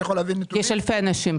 יש אלפי אנשים.